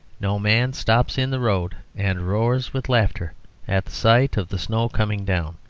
no man stops in the road and roars with laughter at the sight of the snow coming down.